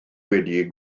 wedi